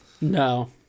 no